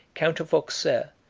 count of auxerre,